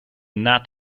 not